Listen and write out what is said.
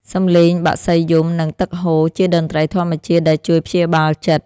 សំឡេងបក្សីយំ និងទឹកហូរ ជាតន្ត្រីធម្មជាតិដែលជួយព្យាបាលចិត្ត។